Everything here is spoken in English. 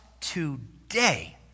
today